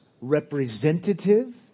representative